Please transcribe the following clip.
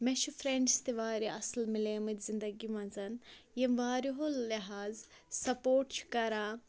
مےٚ چھِ فرٛٮ۪نٛڈٕس تہِ واریاہ اَصٕل مِلیمٕتۍ زِندٔگی مَنٛز یِم واریہو لِحاظ سَپوٹ چھِ کَران